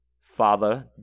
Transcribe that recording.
father